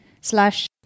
slash